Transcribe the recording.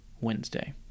Wednesday